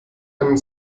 einen